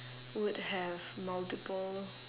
would have multiple